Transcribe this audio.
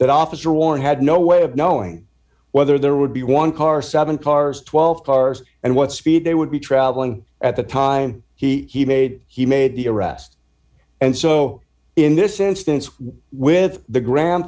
that officer one had no way of knowing whether there would be one car seven cars twelve cars and what speed they would be travelling at the time he made he made the arrest and so in this instance with the gra